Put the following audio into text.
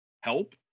help